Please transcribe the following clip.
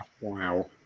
Wow